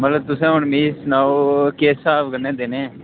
मतलब तुसें हून मी सनाओ किस स्हाब कन्नै देने